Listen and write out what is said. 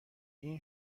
این